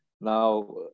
Now